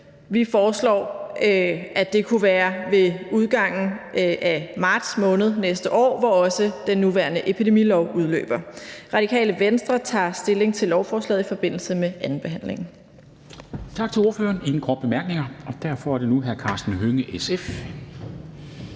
vi foreslår, at det kunne være ved udgangen af marts måned, hvor også den nuværende epidemilov udløber. Det Radikale Venstre tager stilling til lovforslaget i forbindelse med andenbehandlingen.